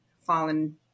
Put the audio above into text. fallen